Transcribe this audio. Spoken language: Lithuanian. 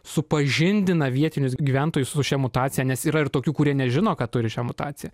supažindina vietinius gyventojus su šia mutacija nes yra ir tokių kurie nežino kad turi šią mutaciją